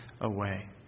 Away